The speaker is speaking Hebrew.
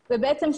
מארס.